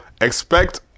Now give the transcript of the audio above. expect